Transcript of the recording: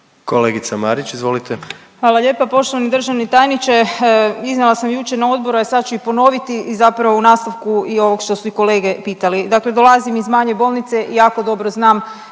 **Marić, Andreja (SDP)** Hvala lijepa. Poštovani državni tajniče, iznijela sam jučer na odboru, a sad ću i ponoviti i zapravo u nastavku i ovog što su i kolege pitali. Dakle dolazim iz manje bolnice i jako dobro znam